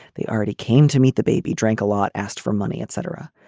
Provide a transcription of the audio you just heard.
they already came to meet the baby drank a lot. asked for money etc.